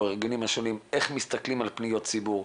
איך מסתכלים על פניות ציבור,